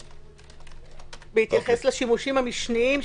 בהתייחס לשימושים המשניים,